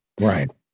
Right